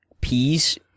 peas